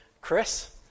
Chris